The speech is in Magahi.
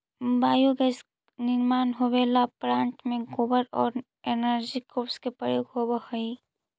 बायोगैस निर्माण होवेला प्लांट में गोबर औउर एनर्जी क्रॉप्स के प्रयोग होवऽ हई